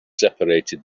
separated